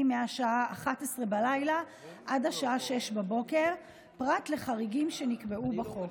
מהשעה 23:00 עד השעה 06:00 פרט לחריגים שנקבעו בחוק.